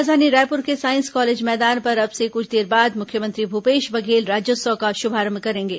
राजधानी रायपुर के साईस कॉलेज मैदान पर अब से कुछ देर बाद मुख्यमंत्री भूपेश बघेल राज्योत्सव का शुभारंभ करेंगे